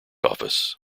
office